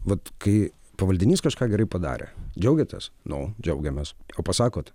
vat kai pavaldinys kažką gerai padarė džiaugiatės nu džiaugiamės o pasakot